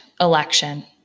election